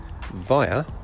via